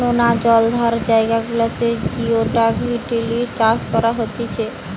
নোনা জলাধার জায়গা গুলাতে জিওডাক হিটেলিডি চাষ করা হতিছে